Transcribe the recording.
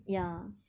ya